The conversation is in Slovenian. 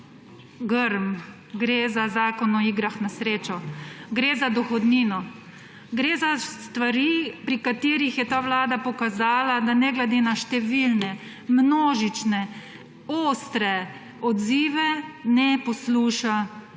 Grm, gre za zakon o igrah na srečo, gre za dohodnino, gre za stvari, pri katerih je ta vlada prikazala, da ne glede na številne, množične ostre odzive, ne posluša